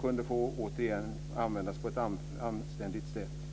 kunde återigen användas på ett anständigt sätt.